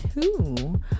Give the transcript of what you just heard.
two